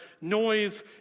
noise